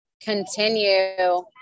continue